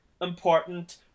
important